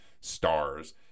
stars